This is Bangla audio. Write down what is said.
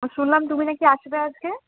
শুনলাম তুমি নাকি আসবে আজকে